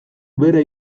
bere